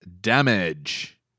damage